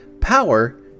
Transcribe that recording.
power